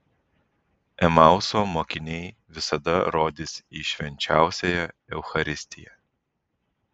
emauso mokiniai visada rodys į švenčiausiąją eucharistiją